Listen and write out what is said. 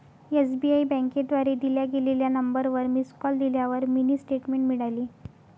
SBI बँकेद्वारे दिल्या गेलेल्या नंबरवर मिस कॉल दिल्यावर मिनी स्टेटमेंट मिळाली